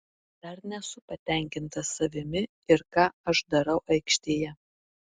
dar nesu patenkintas savimi ir ką aš darau aikštėje